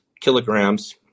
kilograms